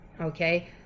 okay